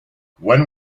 when